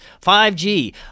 5G